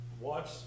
watch